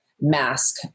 mask